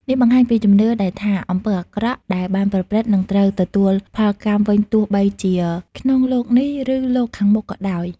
នេះបង្ហាញពីជំនឿដែលថាអំពើអាក្រក់ដែលបានប្រព្រឹត្ត នឹងត្រូវទទួលផលកម្មវិញទោះបីជាក្នុងលោកនេះ ឬលោកខាងមុខក៏ដោយ។